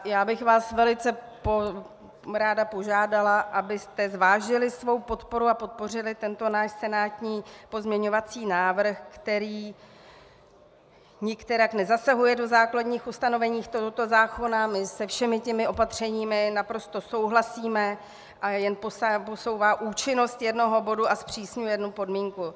Já bych vás velice ráda požádala, abyste zvážili svou podporu a podpořili tento náš senátní pozměňovací návrh, který nikterak nezasahuje do základních ustanovení tohoto zákona, my se všemi těmi opatřeními naprosto souhlasíme, a jen posouvá účinnost jednoho bodu a zpřísňuje jednu podmínku.